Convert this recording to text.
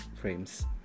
Frames